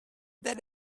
that